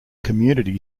community